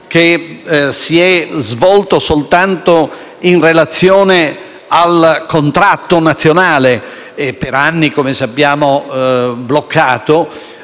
si è svolto soltanto in relazione al contratto nazionale e per anni, come sappiamo, è rimasto